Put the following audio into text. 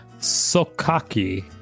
Sokaki